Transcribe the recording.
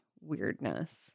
weirdness